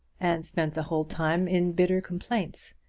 and spent the whole time in bitter complaints.